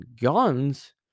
guns